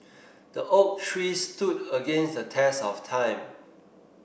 the oak tree stood against the test of time